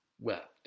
wept